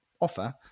offer